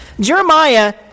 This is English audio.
Jeremiah